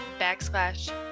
backslash